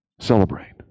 celebrate